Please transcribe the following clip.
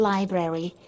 Library